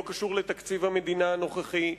הוא לא קשור לתקציב המדינה הנוכחי,